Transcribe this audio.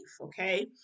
okay